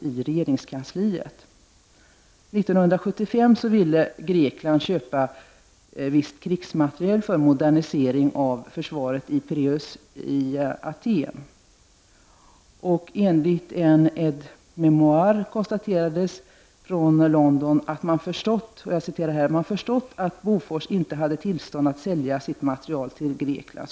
År 1975 ville Grekland köpa viss krigsmateriel för modernisering av försvaret i Pireus utanför Aten. I en Aide Memoire från London konstaterades att man ”förstått att Bofors inte hade tillstånd att sälja materiel till Grek land”.